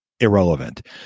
Irrelevant